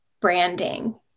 branding